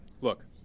look